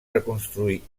reconstruir